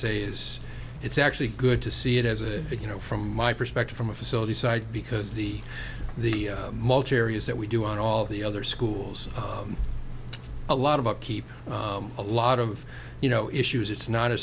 say is it's actually good to see it as a you know from my perspective from a facility side because the the mulch areas that we do on all the other schools a lot of upkeep a lot of you know issues it's not a